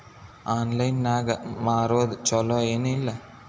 Online ನಾಗ್ ಮಾರೋದು ಛಲೋ ಏನ್ ಇಲ್ಲ?